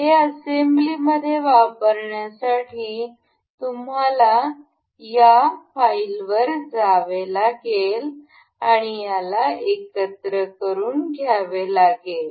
हे असेंब्लीमध्ये वापरण्यासाठी तुम्हाला या फाईलवर जावे लागेल आणि याला एकत्र करून घ्यावे लागेल